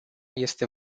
este